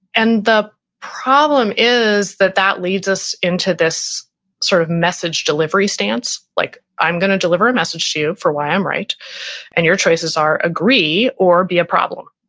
and the problem is that that leads us into this sort of message delivery stance. like, i'm going to deliver a message to you for why i'm right and your choices are agree or be a problem.